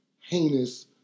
heinous